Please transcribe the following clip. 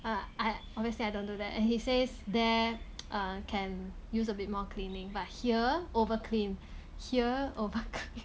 err I obviously I don't do that and he says there err can use a bit more cleaning but here over clean here over clean